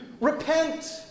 repent